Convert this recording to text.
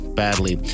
badly